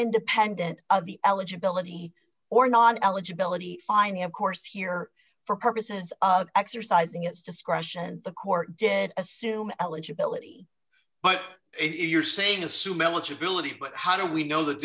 independent of the eligibility or non eligibility finding of course here for purposes of exercising its discretion the court did assume eligibility but if you're saying assume eligibility but how do we know that